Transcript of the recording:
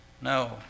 No